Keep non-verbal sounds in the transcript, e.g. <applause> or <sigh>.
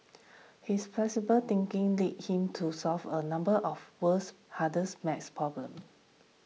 <noise> his flexible thinking led him to solve a number of world's hardest maths problems